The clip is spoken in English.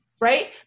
right